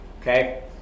Okay